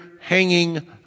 hanging